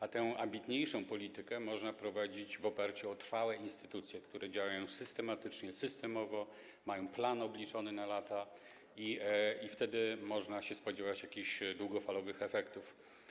A tę ambitniejszą politykę można prowadzić w oparciu o trwałe instytucje, które działają systematycznie, systemowo, mają plan obliczony na lata, wtedy można się spodziewać jakichś długofalowych efektów.